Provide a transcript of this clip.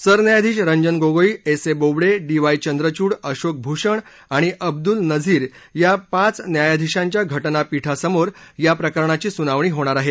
सरन्यायाधीश Ranjan Gogoi S A Bobde D Y Chandrachud Ashok Bhushan आणि अब्दुल नझीर या पाच न्यायाधिशांच्या घटनापीठासमोर या प्रकरणाची सुनावणी होणार आहे